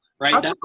right